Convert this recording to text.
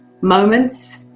moments